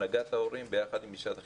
הנהגת ההורים יחד עם משרד החינוך.